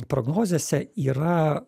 prognozėse yra